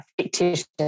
fictitious